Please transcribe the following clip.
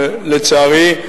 לצערי,